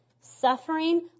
Suffering